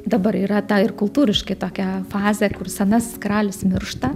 dabar yra ta ir kultūriškai tokia fazė kur senasis karalius miršta